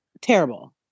Terrible